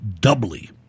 doubly